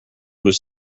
was